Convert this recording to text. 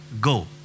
go